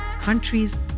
countries